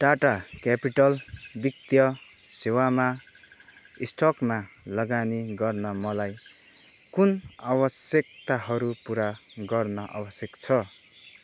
Tata Capital वित्तीय सेवामा स्टकमा लगानी गर्न मैले कुन आवश्यकताहरू पुरा गर्न आवश्यक छ